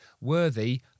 worthy